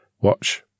watch